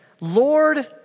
Lord